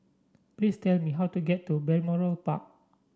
please tell me how to get to Balmoral Park